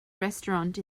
restaurant